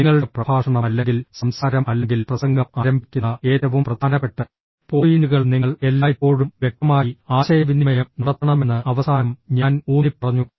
നിങ്ങളുടെ പ്രഭാഷണം അല്ലെങ്കിൽ സംസാരം അല്ലെങ്കിൽ പ്രസംഗം ആരംഭിക്കുന്ന ഏറ്റവും പ്രധാനപ്പെട്ട പോയിന്റുകൾ നിങ്ങൾ എല്ലായ്പ്പോഴും വ്യക്തമായി ആശയവിനിമയം നടത്തണമെന്ന് അവസാനം ഞാൻ ഊന്നിപ്പറഞ്ഞു